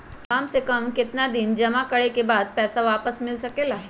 काम से कम केतना दिन जमा करें बे बाद पैसा वापस मिल सकेला?